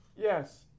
Yes